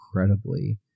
incredibly